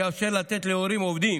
שיאפשר לתת להורים עובדים